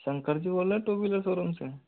शंकर जी बोल रहे two wheeler showroom से